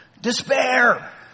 despair